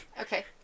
Okay